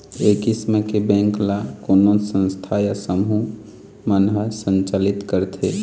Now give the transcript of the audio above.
ए किसम के बेंक ल कोनो संस्था या समूह मन ह संचालित करथे